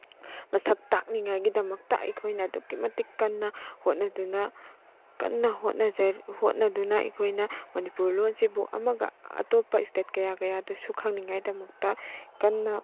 ꯃꯁꯛ ꯇꯥꯛꯅꯤꯡꯉꯥꯏꯒꯤꯗꯃꯛꯇ ꯑꯩꯈꯣꯏꯅ ꯑꯗꯨꯛꯀꯤ ꯃꯇꯤꯛ ꯀꯟꯅ ꯍꯣꯠꯅꯗꯨꯅ ꯀꯟꯅ ꯍꯣꯠꯅꯗꯨꯅ ꯑꯩꯈꯣꯏꯅ ꯃꯅꯤꯄꯨꯔ ꯂꯣꯟꯁꯤꯕꯨ ꯑꯃꯒ ꯑꯇꯣꯞꯄ ꯏꯁꯇꯦꯠ ꯀꯌꯥ ꯀꯌꯥꯗꯁꯨ ꯈꯪꯅꯤꯡꯉꯥꯏꯗꯃꯛꯇ ꯀꯟꯅ